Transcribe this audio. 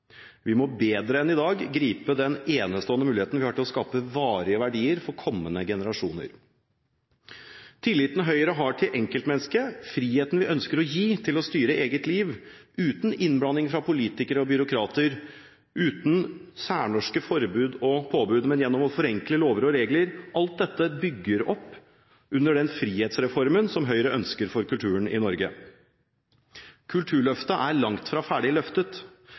Vi må bedre enn i dag gripe den enestående muligheten vi har til å skape varige verdier for kommende generasjoner. Tilliten Høyre har til enkeltmennesket, friheten vi ønsker å gi til å styre eget liv uten innblanding fra politikere og byråkrater, uten særnorske forbud og påbud, men gjennom å forenkle lover og regler – alt dette bygger opp under den frihetsreformen som Høyre ønsker for kulturen i Norge. Kulturløftet er langt fra ferdig løftet.